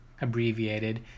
abbreviated